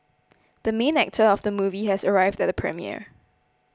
the main actor of the movie has arrived at the premiere